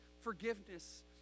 forgiveness